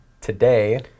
today